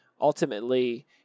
Ultimately